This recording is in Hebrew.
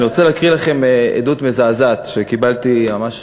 אני רוצה להקריא לכם עדות מזעזעת שקיבלתי ממש